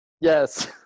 Yes